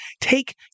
take